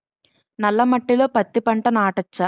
నల్ల మట్టిలో పత్తి పంట నాటచ్చా?